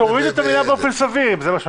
תורידו את המילים "באופן סביר" אם זה מה שמפריע.